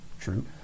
true